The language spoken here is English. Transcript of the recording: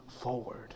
forward